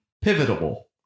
pivotal